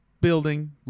building